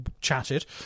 chatted